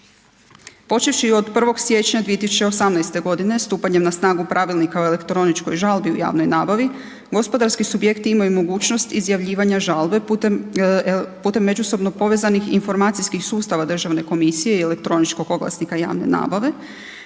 Počevši od 1. siječnja 2018. godine stupanjem na snagu Pravilnika o elektroničkoj žalbi u javnoj nabavi, gospodarski subjekti imaju mogućnost izjavljivanja žalbe putem međusobno povezanih informacijskih sustava državne komisije i elektroničkog oglasnika javne nabave.